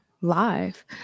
live